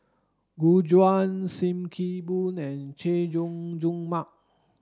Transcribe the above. Gu Juan Sim Kee Boon and Chay Jung Jun Mark